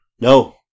No